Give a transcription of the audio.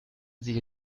sie